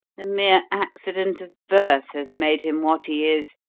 the mere accident of birth has made him what he is,